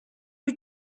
are